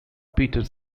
peter